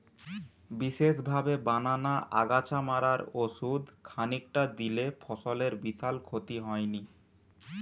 বিশেষভাবে বানানা আগাছা মারার ওষুধ খানিকটা দিলে ফসলের বিশাল ক্ষতি হয়নি